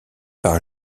par